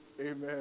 amen